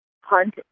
hunt